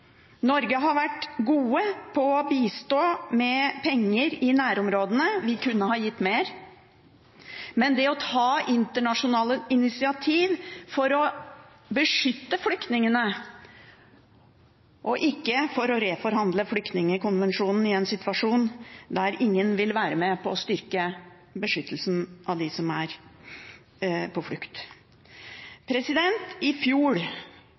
Norge har vært gode på å bistå med penger i nærområdene – vi kunne ha gitt mer. Men regjeringen er handlingslammet når det gjelder å ta internasjonale initiativ for å beskytte flyktningene – og ikke for å reforhandle flyktningkonvensjonen i en situasjon der ingen vil være med på å styrke beskyttelsen av dem som er på flukt. I fjor